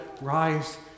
Rise